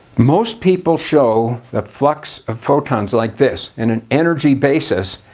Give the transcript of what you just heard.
most people show the flux of photons like this in an energy basis.